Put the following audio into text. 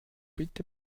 bitte